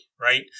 right